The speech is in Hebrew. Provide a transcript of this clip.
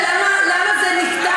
למה זה נפתח